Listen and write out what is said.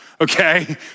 Okay